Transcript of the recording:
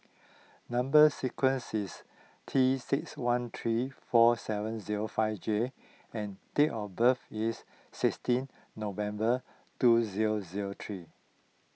Number Sequence is T six one three four seven zero five J and date of birth is sixteen November two zero zero three